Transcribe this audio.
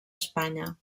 espanya